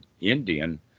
Indian